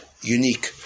unique